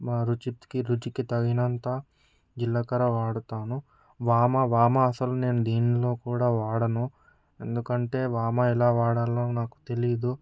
మా రుచికి రుచికి తగినంత జిలకర వాడుతాము వాము వాము అసలు నేను దేంట్లో కూడా వాడము ఎందుకంటే వాము ఎలా వాడాలో నాకు తెలియదు